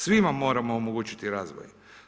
Svima moramo omogućiti razvoj.